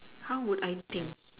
how would I think